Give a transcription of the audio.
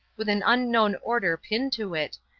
with an unknown order pinned to it,